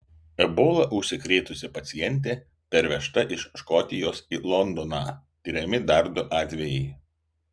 ebola užsikrėtusi pacientė pervežta iš škotijos į londoną tiriami dar du atvejai